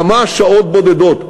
כמה שעות בודדות.